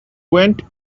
went